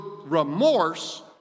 remorse